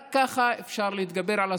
רק ככה אפשר להתגבר על הסוגיה,